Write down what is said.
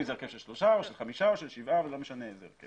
אם זה הרכב של שלושה או של חמישה או של שבעה ולא משנה איזה הרכב.